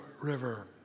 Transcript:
river